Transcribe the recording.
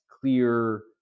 clear